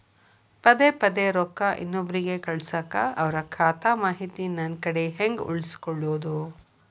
ಪದೆ ಪದೇ ರೊಕ್ಕ ಇನ್ನೊಬ್ರಿಗೆ ಕಳಸಾಕ್ ಅವರ ಖಾತಾ ಮಾಹಿತಿ ನನ್ನ ಕಡೆ ಹೆಂಗ್ ಉಳಿಸಿಕೊಳ್ಳೋದು?